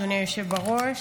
אדוני היושב בראש,